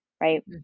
right